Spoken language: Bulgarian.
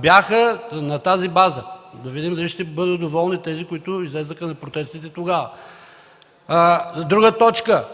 бяха на тази база. Да видим дали ще бъдат доволни тези, които излязоха на протестите тогава. Друга точка,